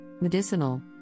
medicinal